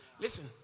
Listen